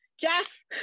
Jess